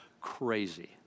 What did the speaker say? crazy